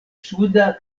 suda